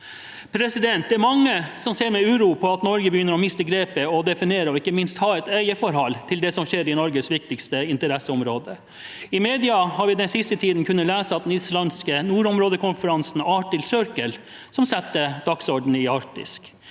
er inngått. Det er mange som ser med uro på at Norge begynner å miste grepet når det gjelder å definere og ikke minst ha et eierforhold til det som skjer i Norges viktigste interesseområde. I mediene har vi den siste tiden kunnet lese at det er den islandske nordområdekonferansen Arctic Circle som setter dagsordenen i Arktis.